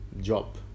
job